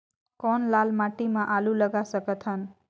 कौन लाल माटी म आलू लगा सकत हन?